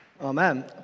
Amen